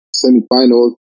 semifinals